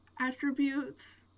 attributes